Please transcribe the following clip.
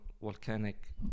volcanic